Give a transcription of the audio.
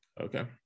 Okay